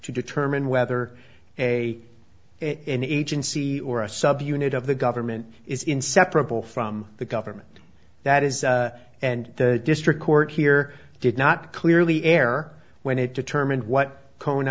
to determine whether a in agency or a subunit of the government is inseparable from the government that is and the district court here did not clearly error when it determined what cone